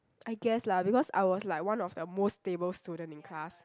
I guess lah because I was like one of the most stable student in class